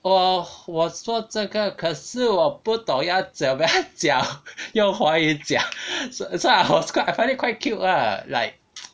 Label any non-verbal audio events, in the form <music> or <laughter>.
我我说这个可是我不懂要怎么样讲用华语讲 <laughs> so I was I find it quite cute lah like